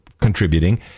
contributing